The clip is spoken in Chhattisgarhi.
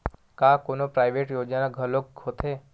का कोनो प्राइवेट योजना घलोक होथे?